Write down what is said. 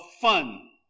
fun